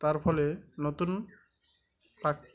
তার ফলে নতুন